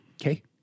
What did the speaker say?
Okay